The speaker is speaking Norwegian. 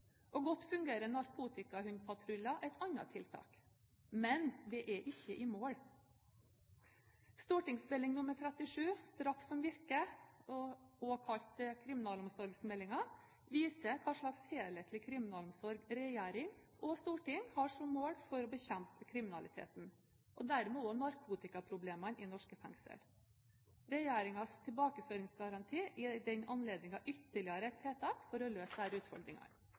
Godt fungerende narkotikahundpatruljer er et annet tiltak. Men vi er ikke i mål. St.meld. nr. 37 for 2007–2008, Straff som virker, også kalt kriminalomsorgsmeldingen, viser hva slags helhetlig kriminalomsorg regjering og storting har som mål for å bekjempe kriminaliteten – og dermed også narkotikaproblemene i norske fengsler. Regjeringens tilbakeføringsgaranti er i den anledning ytterligere et tiltak for å løse disse utfordringene.